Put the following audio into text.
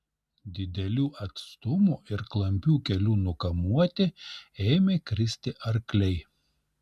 didelių atstumų ir klampių kelių nukamuoti ėmė kristi arkliai